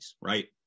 right